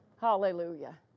Hallelujah